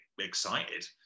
excited